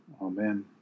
Amen